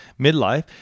midlife